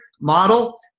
model